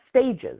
stages